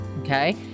okay